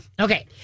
Okay